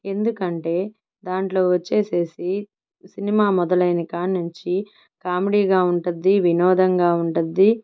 ఎందుకంటే దాంట్లో వచ్చేసేసి సినిమా మొదలైనకానించి కామెడీగా ఉంటద్ది వినోదంగా ఉంటద్ది